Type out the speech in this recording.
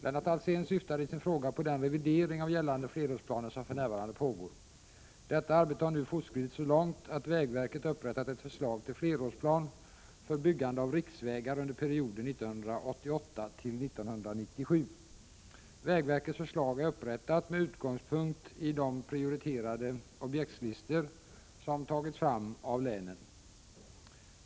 Lennart Alsén syftar i sin fråga på den revidering av gällande flerårsplaner som för närvarande pågår. Detta arbete har nu fortskridit så långt att vägverket upprättat ett förslag till flerårsplan för byggande av riksvägar under perioden 1988-1997. Vägverkets förslag är upprättat med utgångspunkt i de prioriterade objektslistor som tagits fram av länen.